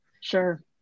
Sure